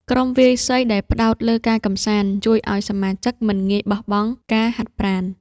ក្រុមវាយសីដែលផ្ដោតលើការកម្សាន្ត ជួយឱ្យសមាជិកមិនងាយបោះបង់ការហាត់ប្រាណ។